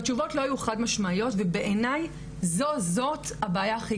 והתשובות לא היו חד משמעיות ובעיני זאת הבעיה הכי